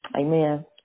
Amen